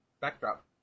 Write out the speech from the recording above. backdrop